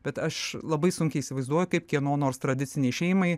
bet aš labai sunkiai įsivaizduoju kaip kieno nors tradicinei šeimai